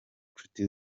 nshuti